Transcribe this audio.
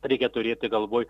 reikia turėti galvoj